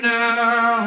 now